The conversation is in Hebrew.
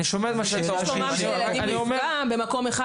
זה ששלומם של ילדים נפגע במקום אחד,